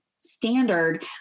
standard